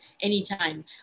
anytime